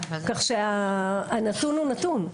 כך שהנתון הוא נתון.